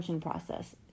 process